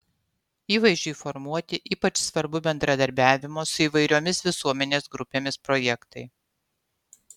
įvaizdžiui formuoti ypač svarbu bendradarbiavimo su įvairiomis visuomenės grupėmis projektai